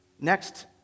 Next